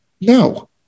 No